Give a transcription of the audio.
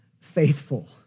faithful